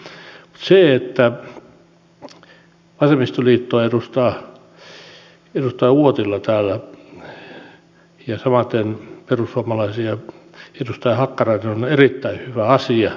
se että vasemmistoliittoa edustaa edustaja uotila täällä ja samaten perussuomalaisia edustaja hakkarainen on erittäin hyvä asia